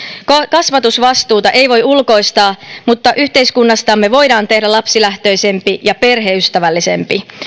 kasvatusvastuuta ei voi ulkoistaa mutta yhteiskunnastamme voidaan tehdä lapsilähtöisempi ja perheystävällisempi